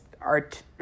art